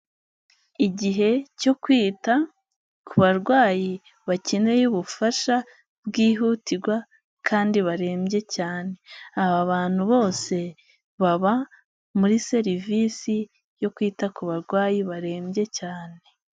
Igihe cyo kwita ku barwayi bakeneye ubufasha bwihutirwa, kandi barembye cyane aba bantu bose baba muri serivisi yo kwita ku barwayi barembye cyane.